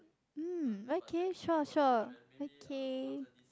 um okay sure sure okay